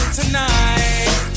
tonight